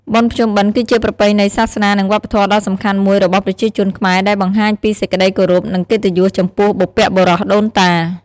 បុណ្យភ្ជុំបិណ្ឌគឺជាប្រពៃណីសាសនានិងវប្បធម៌ដ៏សំខាន់មួយរបស់ប្រជាជនខ្មែរ ដែលបង្ហាញពីសេចក្ដីគោរព និងកិត្តិយសចំពោះបុព្វបុរសដូនតា។